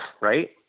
Right